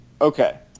okay